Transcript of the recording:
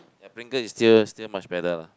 ya pringle is still still much better lah